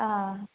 ಹಾಂ